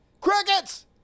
Crickets